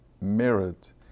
merit